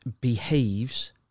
behaves